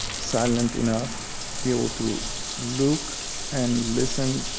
silent enough be able to look and listen